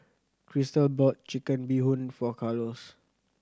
Chrystal bought Chicken Bee Hoon for Carlos